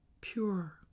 pure